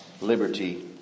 liberty